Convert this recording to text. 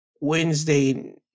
Wednesday